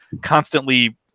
constantly